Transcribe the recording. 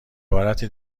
عبارت